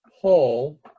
Paul